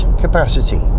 capacity